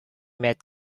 met